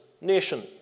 nation